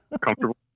comfortable